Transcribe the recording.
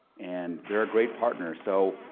and they're a great partner. so,